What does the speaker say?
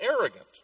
arrogant